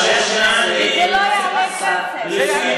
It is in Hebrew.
וזה לא יעלה כסף.